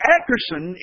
Atkerson